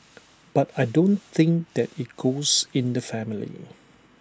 but I don't think that IT goes in the family